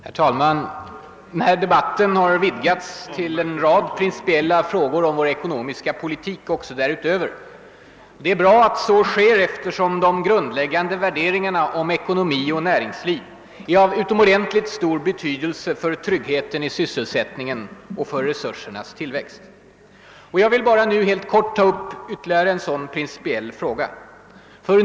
Herr talman! Den här debatten har vidgats till att gälla en rad principiella frågor om vår ekonomiska politik — och också en del därutöver. Det är bra att så sker, eftersom de grundläggande värderingarna om ekonomi och . nä ringsliv är av utomordentligt stor betydelse för tryggheten i anställningen och för resursernas tillväxt. Jag vill nu bara helt kort ta upp ytterligare en sådan principiell fråga.